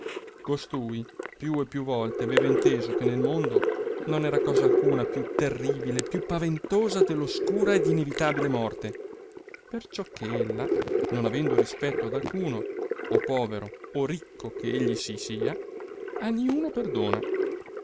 costui più e più volte aveva inteso che nel mondo non era cosa alcuna più terribile e più paventosa de l'oscura ed inevitabile morte perciò che ella non avendo rispetto ad alcuno o povero o ricco che egli si sia a niuno perdona